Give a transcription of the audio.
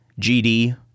GD